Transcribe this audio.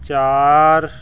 ਚਾਰ